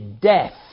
death